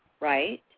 right